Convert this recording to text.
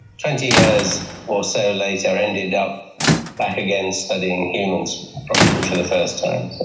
twenty years or so later, ended up back again studying humans properly for the first time. so